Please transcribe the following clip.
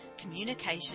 communication